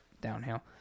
downhill